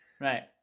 Right